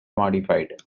modified